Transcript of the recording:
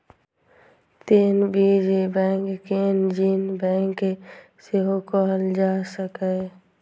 तें बीज बैंक कें जीन बैंक सेहो कहल जा सकैए